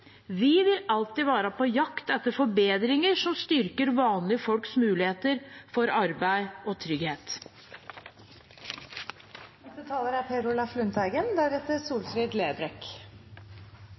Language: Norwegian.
Vi vil alltid være på jakt etter forbedringer som styrker vanlige folks muligheter for arbeid og